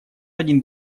один